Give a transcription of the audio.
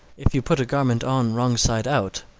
if you put a garment on wrong side out,